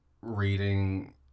reading